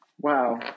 Wow